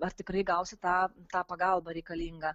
ar tikrai gausi tą tą pagalbą reikalingą